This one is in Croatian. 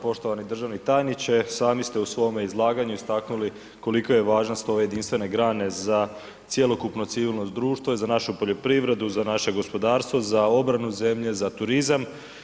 Poštovani državni tajniče sami ste u svome izlaganju istaknuli kolika je važnost ove jedinstvene grane za cjelokupno civilno društvo i za našu poljoprivredu, za naše gospodarstvo, za obranu zemlje, za turizam.